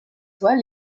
soit